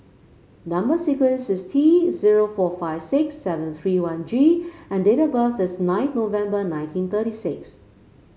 number sequence is T zero four five six seven three one G and date of birth is nine November nineteen thirty six